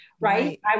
right